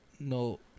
No